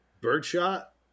birdshot